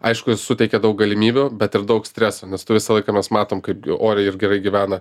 aišku jis suteikia daug galimybių bet ir daug streso nes tu visą laiką mes matom kaipgi oriai ir gerai gyvena